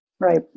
Right